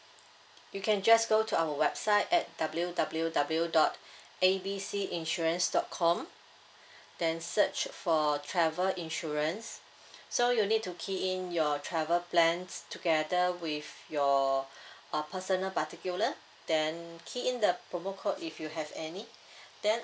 you can just go to our website at W_W_W dot A B C insurance dot com then search for travel insurance so you need to key in your travel plans together with your uh personal particular then key in the promo code if you have any then